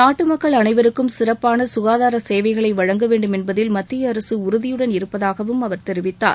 நாட்டு மக்கள் அனைவருக்கும் சிறப்பான சுகாதார சேவைகளை வழங்க வேண்டும் என்பதில் மத்திய அரசு உறுதியுடன் இருப்பதாகவும் அவர் தெரிவித்தார்